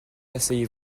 asseyez